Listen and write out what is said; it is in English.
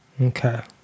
Okay